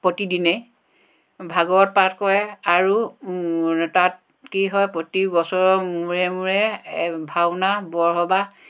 প্ৰতি দিনে ভাগৱত পাঠ কৰে আৰু তাত কি হয় প্ৰতি বছৰৰ মূৰে মূৰে এই ভাওনা বৰসবাহ